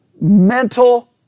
mental